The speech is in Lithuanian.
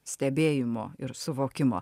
stebėjimo ir suvokimo